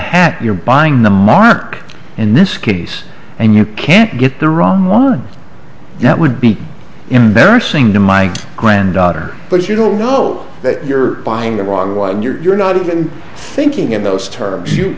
hat you're buying the mark in this case and you can't get the wrong one and that would be embarrassing to my granddaughter but you don't know that you're buying the water while you're not even thinking in those terms you